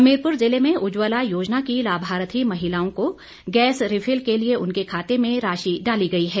हमीरपुर जिले में उज्जवला योजना की लाभार्थी महिलाओं को गैस रिफिल के लिए उनके खाते में राशि डाली गई है